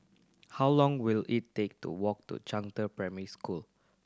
how long will it take to walk to Zhangde Primary School